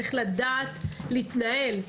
צריך לדעת להתנהל,